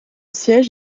siège